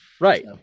Right